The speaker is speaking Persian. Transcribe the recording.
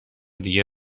دیگه